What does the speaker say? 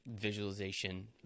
visualization